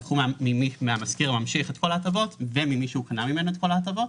ייקחו מהמשכיר הממשיך את כל ההטבות וממי שהוא קנה ממנו את כל ההטבות,